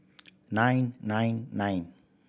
nine nine nine